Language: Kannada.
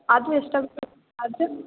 ಅದು ಎಷ್ಟಾಗುತ್ತೆ ಅದು